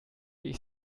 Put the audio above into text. ich